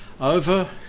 over